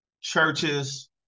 churches